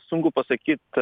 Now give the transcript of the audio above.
sunku pasakyt